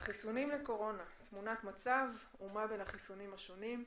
החיסונים לקורונה תמונת מצב ומה בין החיסונים השונים.